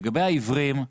לגבי העיוורים,